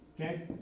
Okay